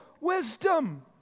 wisdom